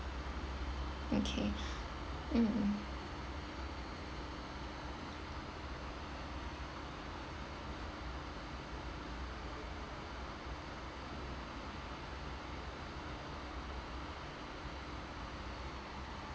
okay mm mm